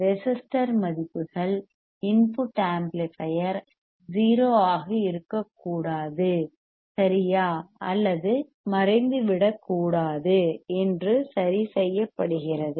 resistor மதிப்புகள் input amplifier 0 ஆக இருக்கக்கூடாது சரியா அல்லது மறைந்துவிடக் கூடாது என்று சரிசெய்யப்படுகிறது